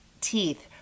teeth